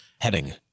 Heading